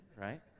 right